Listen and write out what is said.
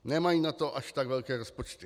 Nemají na to až tak velké rozpočty.